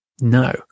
no